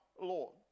Lord